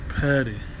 Patty